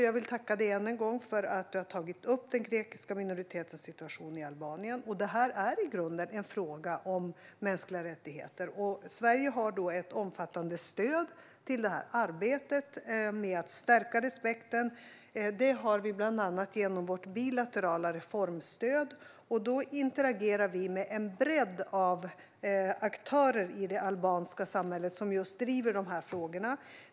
Jag vill tacka Sotiris Delis för att han tagit upp den grekiska minoritetens situation i Albanien. Det här är i grunden en fråga om mänskliga rättigheter. Sverige har ett omfattande stöd till arbetet med att stärka respekten för dessa. Det har vi bland annat genom vårt bilaterala reformstöd. Då interagerar vi med en bredd av aktörer i det albanska samhället som just driver de frågorna.